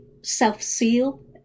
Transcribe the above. self-seal